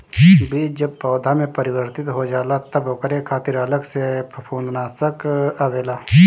बीज जब पौधा में परिवर्तित हो जाला तब ओकरे खातिर अलग से फंफूदनाशक आवेला